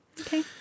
Okay